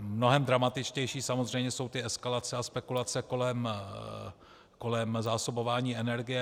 Mnohem dramatičtější samozřejmě jsou ty eskalace a spekulace kolem zásobování energiemi.